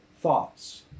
thoughts